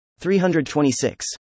326